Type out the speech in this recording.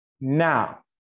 Now